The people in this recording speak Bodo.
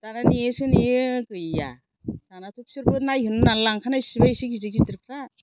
दाना नेयोसो नेयो गैया दानाथ' बिसोरबो नायहोनो होननानै लांखानाय एसे गिदिर गिदिरफ्रा